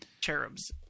Cherubs